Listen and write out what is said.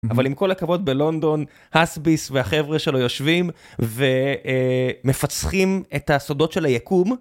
אבל עם כל הכבוד בלונדון הסביס והחבר'ה שלו יושבים ומפצחים את הסודות של היקום.